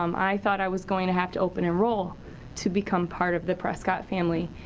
um i thought i was going to have to open enroll to become part of the prescott family.